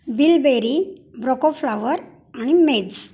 bilberry broccoflower आणि mezze